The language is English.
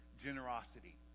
generosity